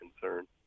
concern